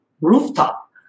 rooftop